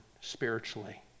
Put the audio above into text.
spiritually